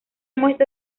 muestra